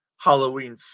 Halloween